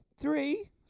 three